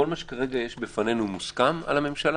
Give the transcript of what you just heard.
כל מה שכרגע יש בפנינו מוסכם על הממשלה?